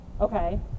Okay